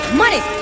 money